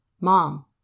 Mom